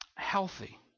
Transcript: healthy